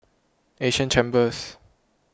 Asia Chambers